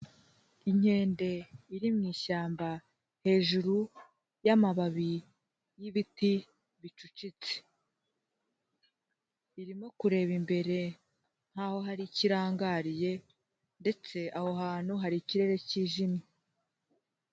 Inkende iri mu ishyamba hejuru y'amababi y'ibiti bicucitse, irimo kureba imbere nkaho hari icyo irangariye ndetse aho hantu hari ikirere cy'ijimye.